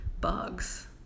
bugs